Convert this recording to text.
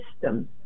systems